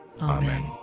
Amen